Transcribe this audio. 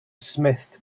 smith